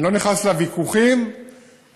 אני לא נכנס לוויכוחים ההיסטוריים,